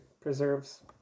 preserves